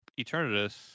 Eternatus